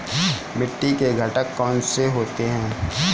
मिट्टी के घटक कौन से होते हैं?